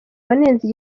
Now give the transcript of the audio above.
wanenze